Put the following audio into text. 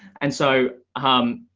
and so um,